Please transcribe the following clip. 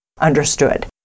understood